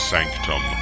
Sanctum